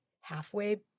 halfway